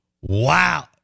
Wow